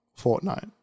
Fortnite